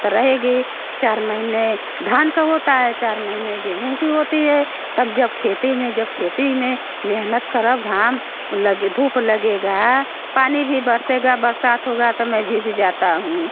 तो रहेगी चार महीने धान का होता है चार महीने गेहूं का होता है तब जब खेती में जब खेती में मेहनत करो घाम लग धूप लगेगा पानी भी बरसेगा बरसात होगा तब मैं भीग जाती हूँ